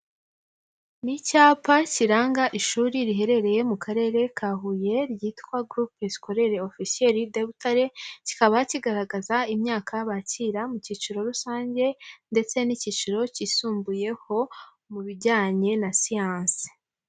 Ni icyapa kiranga ishuri riherereye mu karere ka Huye ryitwa Groupe Scolaire Officier de Butare, kikaba kigaragaza imyaka bakira mu cyiciro rusange ndetse n'icyiciro cyisumbuyeho mu bijyanye na siyanse.